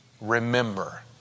remember